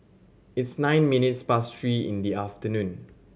it's nine minutes past three in the afternoon